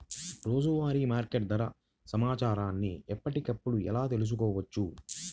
రోజువారీ మార్కెట్ ధర సమాచారాన్ని ఎప్పటికప్పుడు ఎలా తెలుసుకోవచ్చు?